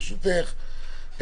ברשותך,